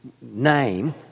name